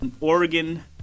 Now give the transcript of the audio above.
Oregon